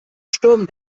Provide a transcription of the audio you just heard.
sturm